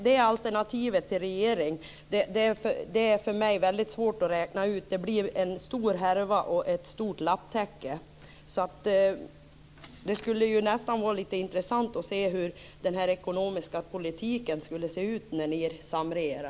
Det alternativet till regeringspolitik är för mig väldigt svårt att räkna ut. Det blir en stor härva och ett stort lapptäcke. Det skulle vara intressant att få reda på hur den ekonomiska politiken skulle se ut om ni skulle samregera.